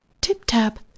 tip-tap